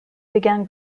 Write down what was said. began